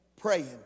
praying